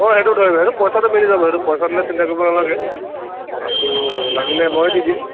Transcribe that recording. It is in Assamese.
অঁ সেইটো ধৰি ল' সেইটো পইচাটো মিলি যাব সেইটো পইছাটোলৈ চিন্তা কৰিব নালাগে সেইটো লাগিলে মই দি দিম